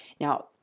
Now